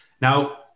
now